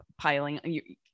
piling